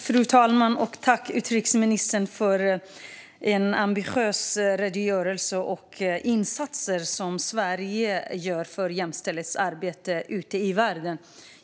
Fru talman! Tack, utrikesministern, för en ambitiös redogörelse av de insatser som Sverige gör för jämställdhetsarbete ute i världen.